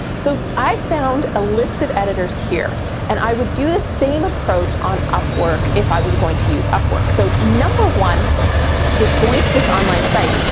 so i found a list of editors here and i would do the same approach on upwork if i was going to use upwork. so number one is going to this online site.